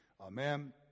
amen